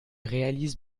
réalise